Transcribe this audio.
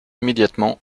immédiatement